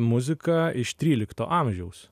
muzika iš trylikto amžiaus